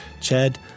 Chad